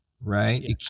right